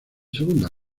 segunda